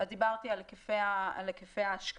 דיברתי על היקפי ההשקעה